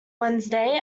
wednesday